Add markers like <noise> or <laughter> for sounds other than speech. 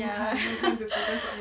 ya <laughs>